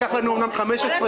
אמנם לקח לנו 15 שנה,